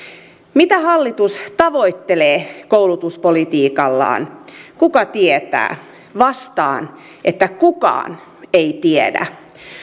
mitä hallitus tavoittelee koulutuspolitiikallaan kuka tietää vastaan että kukaan ei tiedä